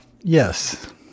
yes